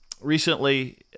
recently